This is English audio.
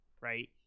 right